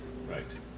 Right